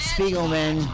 Spiegelman